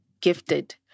gifted